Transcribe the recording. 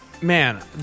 Man